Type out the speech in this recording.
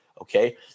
Okay